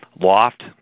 Loft